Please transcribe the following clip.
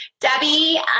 Debbie